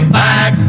back